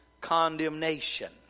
condemnation